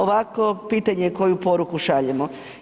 Ovako pitanje koju poruku šaljemo.